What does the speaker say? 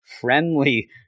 friendly